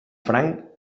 franc